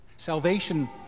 Salvation